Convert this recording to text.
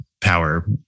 power